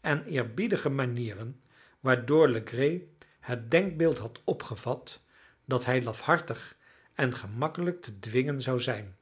en eerbiedige manieren waardoor legree het denkbeeld had opgevat dat hij lafhartig en gemakkelijk te dwingen zou zijn